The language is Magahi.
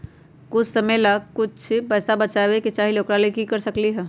हम कुछ समय ला पैसा बचाबे के चाहईले ओकरा ला की कर सकली ह?